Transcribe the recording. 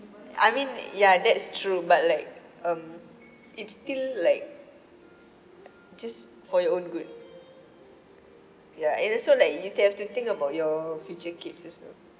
I mean ya that's true but like um it's still like just for your own good ya and also like you have to think about your future kids also